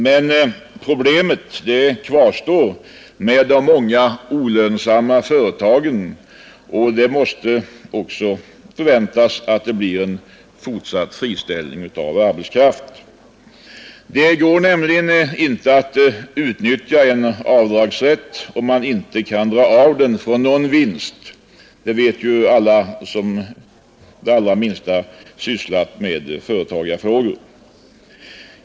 Men problemet med de många olönsamma företagen kvarstår, och det måste också förväntas att det blir en fortsatt friställning av arbetskraft. Det går nämligen inte att utnyttja en avdragsrätt, om man inte har någon vinst att göra avdrag från. Det vet alla som det allra minsta sysslat med företagsfrågor.